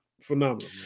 phenomenal